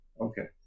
Okay